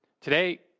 Today